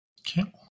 Okay